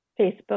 Facebook